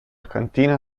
cantina